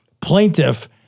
plaintiff